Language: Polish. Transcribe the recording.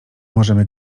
możemy